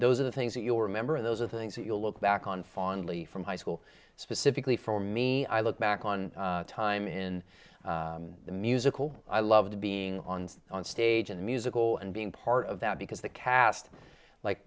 those are the things that you remember those are things that you'll look back on fondly from high school specifically for me i look back on time in the musical i loved being on on stage in the musical and being part of that because the cast like